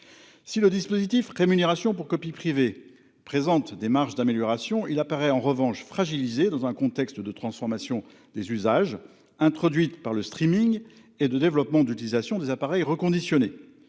Si le dispositif rémunération pour copie privée présentent des marges d'amélioration, il apparaît en revanche fragilisé dans un contexte de transformation des usages introduite par le streaming et de développement d'utilisation des appareils reconditionnés